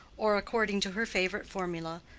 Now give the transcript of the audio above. or according to her favorite formula,